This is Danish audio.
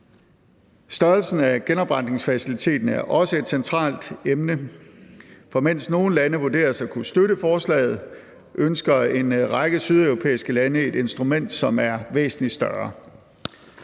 Størrelsen af genopretningsfaciliteten er også et centralt emne, for mens nogle lande vurderes at kunne støtte forslaget, ønsker en række sydeuropæiske lande et instrument, som er væsentlig større.